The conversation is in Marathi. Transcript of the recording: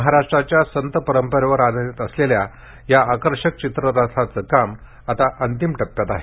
महाराष्ट्राच्या संतपरंपरे वर आधारित असलेल्या या आकर्षक चित्ररथाचं काम आता अंतिम टप्प्यात आहे